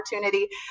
opportunity